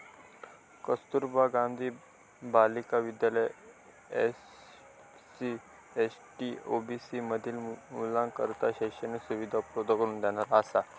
कस्तुरबा गांधी बालिका विद्यालय SC, ST, OBC मधील मुलींकरता शैक्षणिक सुविधा उपलब्ध करून देणारा असा